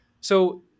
So-